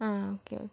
ആ okay okay